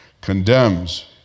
condemns